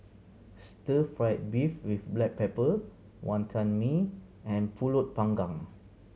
stir fried beef with black pepper Wantan Mee and Pulut Panggang